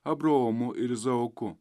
abraomu ir izaoku